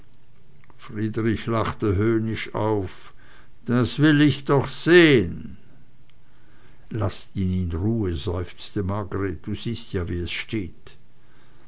friedrich lachte höhnisch auf das will ich doch sehen laß ihn in ruhe er kann nicht seufzte margreth du siehst ja wie es steht